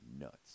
nuts